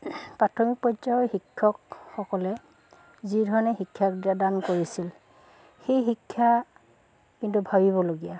প্ৰাথমিক পৰ্যায়ৰ শিক্ষকসকলে যিধৰণে শিক্ষাদান কৰিছিল সেই শিক্ষা কিন্তু ভাবিবলগীয়া